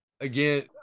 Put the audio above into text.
again